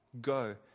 Go